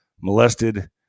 molested